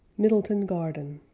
middleton garden